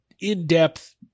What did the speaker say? in-depth